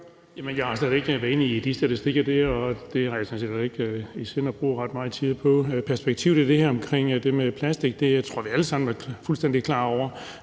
Jeg har slet ikke været inde i de statistikker, og det har jeg sådan set heller ikke i sinde at bruge ret meget tid på. Perspektivet i det her med plastik tror jeg vi alle sammen er fuldstændig klar over,